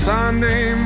Sunday